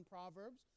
Proverbs